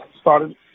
started